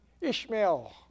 Ishmael